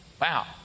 Wow